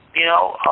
you know,